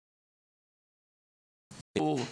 אילת-יגור,